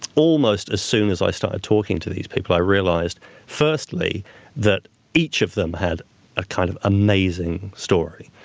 almost as soon as i started talking to these people, i realized firstly that each of them had a kind of amazing story.